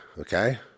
okay